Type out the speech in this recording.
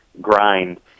grind